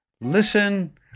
listen